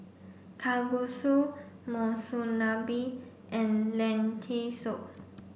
Kalguksu Monsunabe and Lentil soup